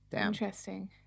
Interesting